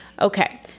Okay